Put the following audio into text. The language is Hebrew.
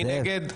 מי נגד?